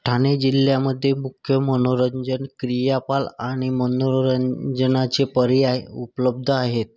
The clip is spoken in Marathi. ठाणे जिल्ह्यामध्ये मुख्य मनोरंजन क्रियापाल आणि मनोरंजनाचे पर्याय उपलब्ध आहेत